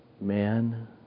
man